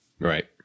Right